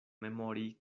memori